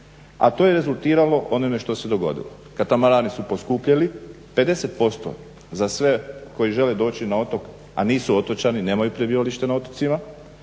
a to je rezultiralo onime što se dogodilo – katamarani su poskupjeli 50% za sve koji žele doći na otok a nisu otočani, nemaju prebivalište na otocima